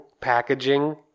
packaging